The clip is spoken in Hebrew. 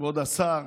כבוד השר,